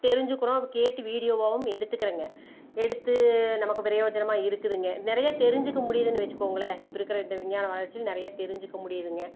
தெரிஞ்சுக்குறோம் கேட்டு வீடியோவாகவும் எடுத்துக்கிறேங்க எடுத்து நமக்கு பிரயோஜனமாக இருக்குதுங்க நிறைய தெரிஞ்சுக்க முடியுதுன்னு வைச்சுக்கோங்களேன் இப்போ இருக்கிற இந்த விஞ்ஞான வளர்ச்சியில் நிறைய தெரிஞ்சுக்க முடியுதுங்க